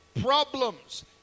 problems